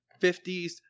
50s